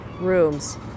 rooms